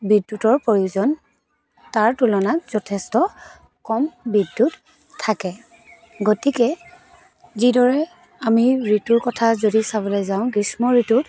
বিদ্য়ুতৰ প্ৰয়োজন তাৰ তুলনাত যথেষ্ট কম বিদ্য়ুত থাকে গতিকে যিদৰে আমি ঋতুৰ কথা যদি চাবলৈ যাওঁ গ্ৰীষ্ম ঋতুত